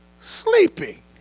sleeping